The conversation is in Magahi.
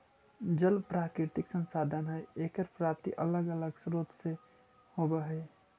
जल प्राकृतिक संसाधन हई एकर प्राप्ति अलग अलग स्रोत से होवऽ हई